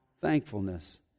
thankfulness